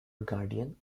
guardian